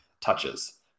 touches